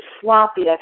sloppy